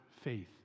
faith